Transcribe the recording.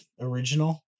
original